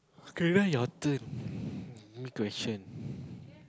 okay then your turn question